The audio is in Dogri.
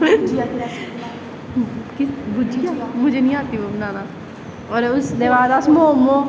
और उसदे बाद अस मोमो